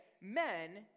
Men